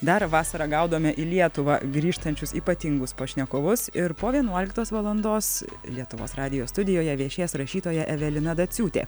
dar vasarą gaudome į lietuvą grįžtančius ypatingus pašnekovus ir po vienuoliktos valandos lietuvos radijo studijoje viešės rašytoja evelina daciūtė